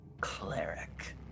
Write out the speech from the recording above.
cleric